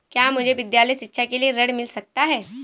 क्या मुझे विद्यालय शिक्षा के लिए ऋण मिल सकता है?